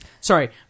Sorry